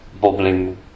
bubbling